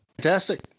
fantastic